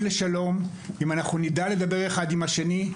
לשלום אם אנחנו נדע לדבר אחד עם השני,